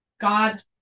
God